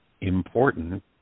important